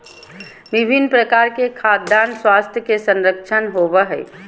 विभिन्न प्रकार के खाद्यान स्वास्थ्य के संरक्षण होबय हइ